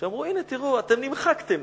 שאמרו: הנה, תראו, אתם נמחקתם.